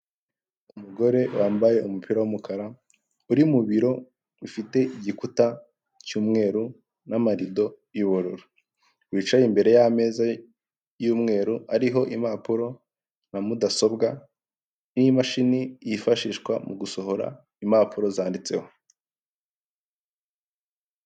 Umugore wambaye umupira w'umukara uri mu biro bifite igikuta cy'umweru n'amarido y'ubururu, wicaye imbere y'ameza y'umweru ariho impapuro na mudasobwa n'imashini yifashishwa mu gusohora impapuro zanditseho.